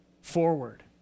forward